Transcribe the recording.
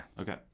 Okay